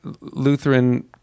Lutheran